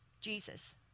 Jesus